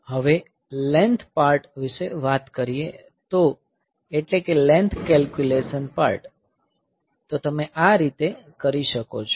હવે length part વિષે વાત કરીએ તો એટલે કે લેન્થ કેલ્ક્યુલેશન પાર્ટ તો તમે આ રીતે કરી શકો છો